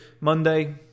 Monday